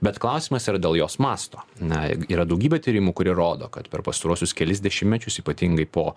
bet klausimas yra dėl jos masto na yra daugybė tyrimų kurie rodo kad per pastaruosius kelis dešimtmečius ypatingai po